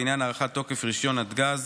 בעניין הארכת תוקף רישיון נתג"ז.